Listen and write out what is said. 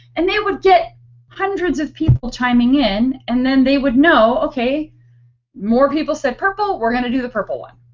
and they would get hundreds of people chiming in and then they would know. okay more people said purple, we're going to do the purple one.